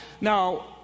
Now